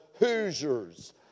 Hoosiers